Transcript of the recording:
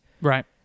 Right